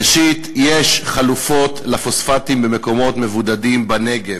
ראשית, יש חלופות לפוספטים במקומות מבודדים בנגב,